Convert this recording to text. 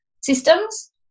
Systems